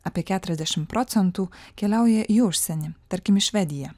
apie keturiasdešim procentų keliauja į užsienį tarkim į švediją